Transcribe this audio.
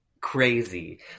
crazy